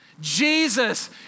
Jesus